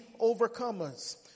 overcomers